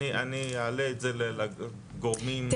אני אעלה את זה לגורמים הרלוונטיים ונעשה דיון על זה.